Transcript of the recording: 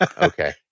Okay